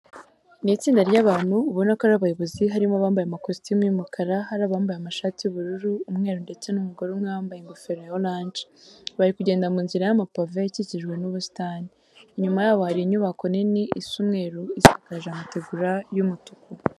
Ni itsinda ry'abantu ubona ko ari abayobozi, harimo abambaye amakositimu y'umukara, hari abambaye amashati y'ubururu, umweru ndetse n'umugore umwe wambaye ingofero ya oranje. Bari kugenda mu nzira y'amapave ikikijwe n'ubusitani, inyuma yabo hari inyubako nini isa umweru isakaje amategura y'umutuku.